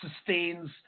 sustains